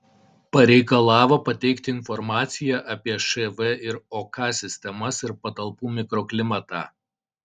pareikalavo pateikti informaciją apie šv ir ok sistemas ir patalpų mikroklimatą